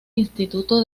instituto